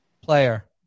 Player